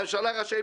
הממשלה רשאית,